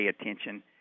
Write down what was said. attention